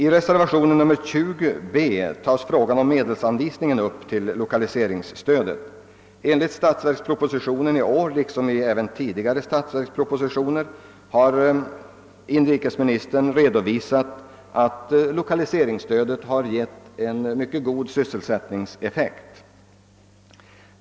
I reservation 20b tas upp frågan om medelsanvisningen till lokaliseringsstödet. I statsverkspropositionen i år, liksom i tidigare statsverkspropositioner, har inrikesministern redovisat att lokaliseringsstödet har givit en mycket god sysselsättningseffekt.